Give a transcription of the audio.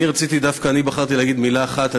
אני בחרתי להגיד מילה אחת.